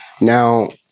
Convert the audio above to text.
Now